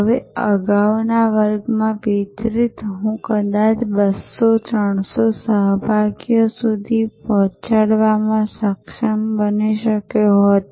હવે અગાઉના વર્ગમાં વિતરિત હું કદાચ 200 300 સહભાગીઓ સુધી પહોંચાડવામાં સક્ષમ બની શક્યો હોત